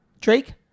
Drake